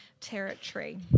territory